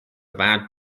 bad